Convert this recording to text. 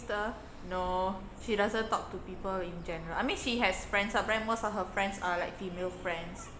my sister no she doesn't talk to people in general I mean she has friends lah but then most of her friends are like female friends